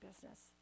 business